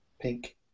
Pink